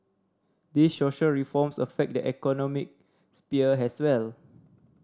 these social reforms affect the economic sphere as well